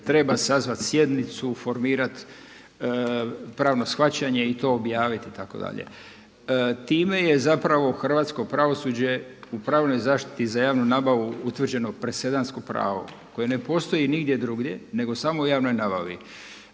treba sazvat sjednicu, formirat pravno shvaćanje i to objavit itd. Time je zapravo hrvatsko pravosuđe u pravnoj zaštiti za javnu nabavu utvrđeno presedansko pravo koje ne postoji nigdje drugdje nego samo u javnoj nabavi.